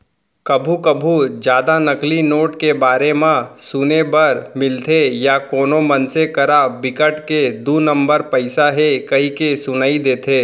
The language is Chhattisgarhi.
कभू कभू जादा नकली नोट के बारे म सुने बर मिलथे या कोनो मनसे करा बिकट के दू नंबर पइसा हे कहिके सुनई देथे